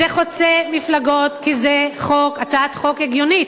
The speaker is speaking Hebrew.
זה חוצה מפלגות, כי זו הצעת חוק הגיונית.